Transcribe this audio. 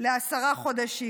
לעשרה חודשים.